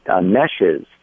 meshes